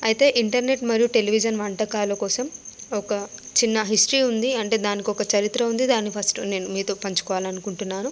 అయితే ఇంటర్నెట్ మరియు టెలివిజన్ వంటకాల కోసం ఒక చిన్న హిస్టరీ ఉంది అంటే దానికొక చరిత్ర ఉంది దాన్ని ఫస్ట్ నేను మీతో పంచుకోవాలి అనుకుంటున్నాను